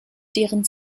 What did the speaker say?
deren